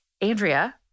andrea